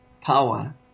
power